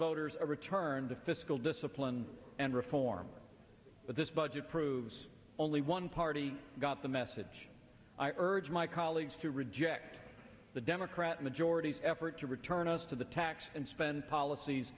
voters a return to fiscal discipline and reform but this budget proves only one party got the message i urge my colleagues to reject the democrat majority effort to return us to the tax and spend policies